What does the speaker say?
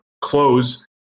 close